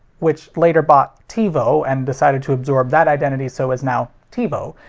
which later bought tivo and decided to absorb that identity so is now tivo,